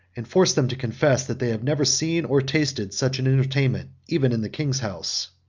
and force them to confess, that they have never seen, or tasted, such an entertainment, even in the king's house.